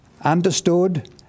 understood